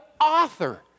author